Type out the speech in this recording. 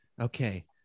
Okay